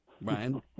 brian